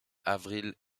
avril